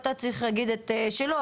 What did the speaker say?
הות"ת צריך להגיד את שלו,